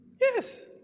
Yes